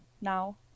now